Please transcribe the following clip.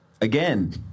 again